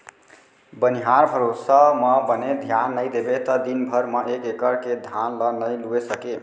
बनिहार भरोसा म बने धियान नइ देबे त दिन भर म एक एकड़ के धान ल नइ लूए सकें